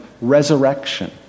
resurrection